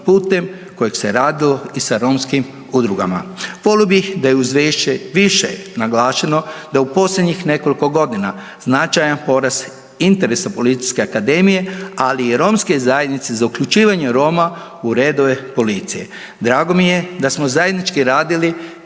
putem kojeg se radilo i sa romskim udrugama. Volio bih da je u izvješću više naglašeno da je u posljednjih nekoliko godina značajan porast interesa Policijske akademije, ali i romske zajednice za uključivanje Roma u redove policije. Drago mi je da smo zajednički radili